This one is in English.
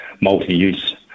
multi-use